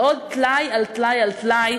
ועוד טלאי על טלאי על טלאי,